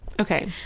Okay